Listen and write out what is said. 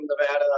Nevada